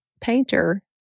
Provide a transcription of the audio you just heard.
painter